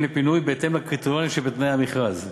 לפינוי בהתאם לקריטריונים שבתנאי המכרז,